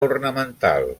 ornamental